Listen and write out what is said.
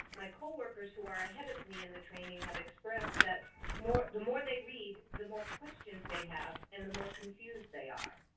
my coworkers, who are ahead of me in the training, have expressed that the more they read, the more questions they have and the more confused they are.